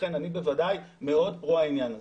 לכן אני בוודאי מאוד פרו העניין הזה.